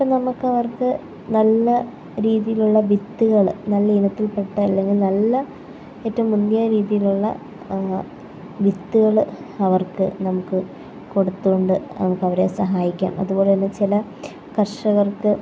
ഇപ്പം നമുക്ക് അവർക്ക് നല്ല രീതിയിലുള്ള വിത്തുകൾ നല്ല ഇനത്തിൽപ്പെട്ട അല്ലെങ്കിൽ നല്ല ഏറ്റവും മുന്തിയ രീതിയിലുള്ള വിത്തുകൾ അവർക്ക് നമുക്ക് കൊടുത്തുകൊണ്ട് നമുക്കവരെ സഹായിക്കാം അതുപോലതന്നെ ചില കർഷകർക്ക്